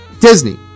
Disney